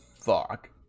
fuck